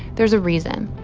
there's a reason.